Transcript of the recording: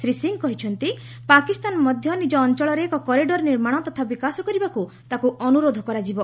ଶ୍ରୀ ସିଂହ କହିଛନ୍ତି ପାକିସ୍ତାନ ମଧ୍ୟ ନିଜ ଅଞ୍ଚଳରେ ଏକ କରିଡର୍ ନିର୍ମାଣ ତଥା ବିକାଶ କରିବାକୁ ତାକୁ ଅନୁରୋଧ କରାଯିବ